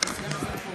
יצחק כהן?